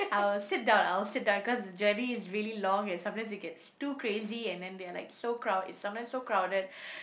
I will sit down I will sit down cause the journey is really long and sometimes it gets too crazy and then they are like so crowd it's sometimes so crowded